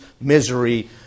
misery